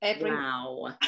Wow